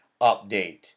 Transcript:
update